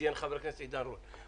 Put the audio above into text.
שציין חבר הכנסת עידן רול.